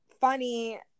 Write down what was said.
funny